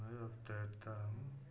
हाँ अब तैरता हूँ